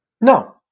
No